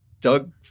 Doug